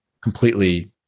completely